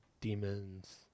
demons